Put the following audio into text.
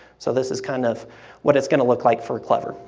so this is kind of what it's going to look like for clever,